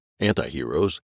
antiheroes